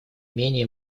менее